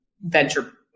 venture-